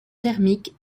thermique